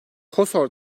kosor